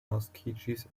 naskiĝis